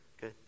Good